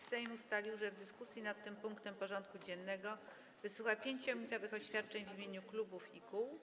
Sejm ustalił, że w dyskusji nad tym punktem porządku dziennego wysłucha 5-minutowych oświadczeń w imieniu klubów i kół.